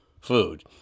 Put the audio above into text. food